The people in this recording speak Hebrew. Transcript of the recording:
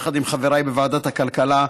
יחד עם חבריי בוועדת הכלכלה,